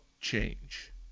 change